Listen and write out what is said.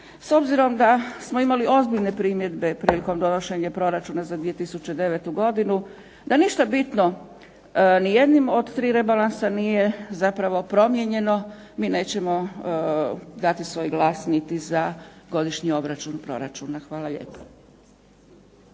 S obzirom da smo imali ozbiljne primjedbe prilikom donošenja proračuna za 2009. godinu, da ništa bitno ni jednim od tri rebalansa nije zapravo promijenjeno. Mi nećemo dati svoj glas niti za Godišnji obračun proračuna. Hvala lijepo.